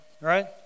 right